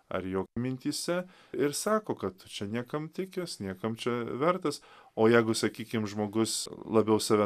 ar jo mintyse ir sako kad niekam tikęs niekam čia vertas o jeigu sakykim žmogus labiau save